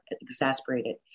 exasperated